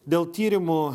dėl tyrimų